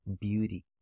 beauty